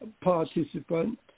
participant